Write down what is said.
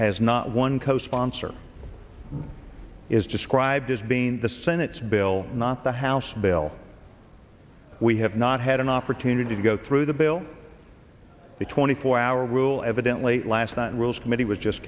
has not one co sponsor is described as being the senate's bill not the house bill we have not had an opportunity to go through the bill the twenty four hour rule evidently last night rules committee was just